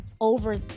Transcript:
over